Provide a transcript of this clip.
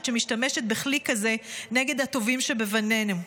שמשתמשת בכלי כזה נגד הטובים שבבנינו.